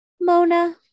Mona